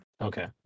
Okay